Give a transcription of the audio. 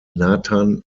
nathan